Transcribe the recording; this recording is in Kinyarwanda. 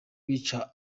bica